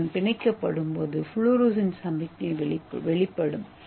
ஏ உடன் பிணைக்கும்போது ஃப்ளோரசன் சமிக்ஞை வெளிப்படுத்தப்படும்